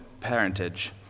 parentage